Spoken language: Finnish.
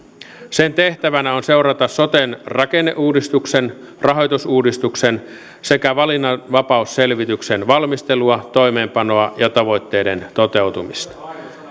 sen tehtävänä on seurata soten rakenneuudistuksen rahoitusuudistuksen sekä valinnanvapausselvityksen valmistelua toimeenpanoa ja tavoitteiden toteutumista